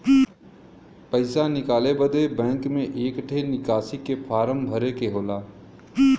पइसा निकाले बदे बैंक मे एक ठे निकासी के फारम भरे के होला